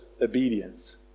obedience